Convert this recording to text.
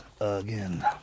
Again